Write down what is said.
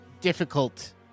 difficult